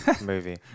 movie